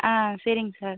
ஆ சரிங்க சார்